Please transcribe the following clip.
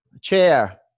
Chair